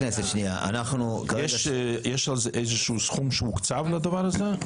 יש סכום שהוקצב לדבר הזה?